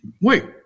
wait